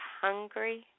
hungry